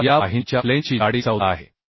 आता या वाहिनीच्या फ्लेंजची जाडी 14 आहे